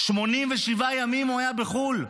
87 ימים הוא היה בחו"ל.